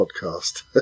podcast